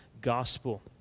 gospel